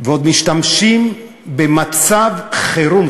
ועוד משתמשים ב"מצב חירום".